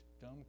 dumb